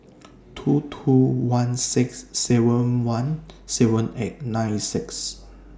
two two one six seven one seven eight nine six